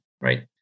right